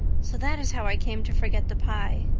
so that is how i came to forget the pie.